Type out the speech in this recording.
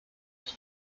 ich